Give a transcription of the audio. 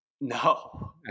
No